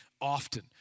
often